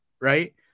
right